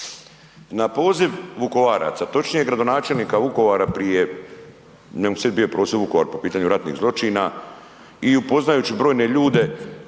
Na poziv Vukovaraca, točnije gradonačelnika Vukovara prije, ne mogu se sjetit, bio prosvjed u Vukovaru po pitanju ratnih zločina, i u upoznajući brojne ljude